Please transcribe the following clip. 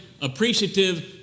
appreciative